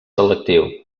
selectiu